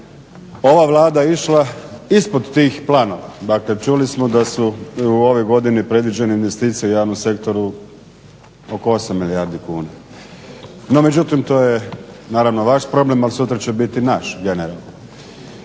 ova Vlada išla ispod tih planova. Dakle, čuli smo da su u ovoj godini predviđene investicije u javnom sektoru oko 8 milijardi kuna. No međutim, to je naravno vaš problem, ali sutra će biti naš.